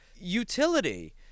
Utility